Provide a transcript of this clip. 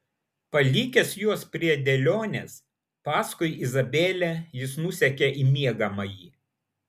palikęs juos prie dėlionės paskui izabelę jis nusekė į miegamąjį